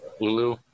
Lulu